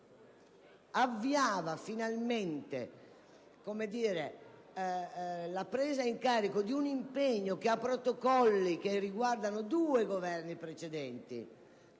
avviava finalmente la presa in carico di un impegno che ha protocolli che riguardano due Governi precedenti;